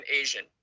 Asian